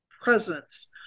presence